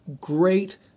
great